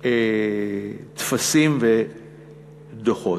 טפסים ודוחות.